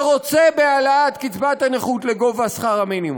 ורוצה בהעלאת קצבת הנכות לגובה שכר המינימום.